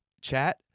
chat